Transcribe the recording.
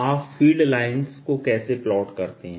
आप field lines को कैसे प्लॉट करते हैं